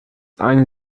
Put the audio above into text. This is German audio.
eine